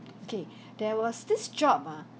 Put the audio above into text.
okay there was this job ah